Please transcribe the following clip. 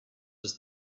does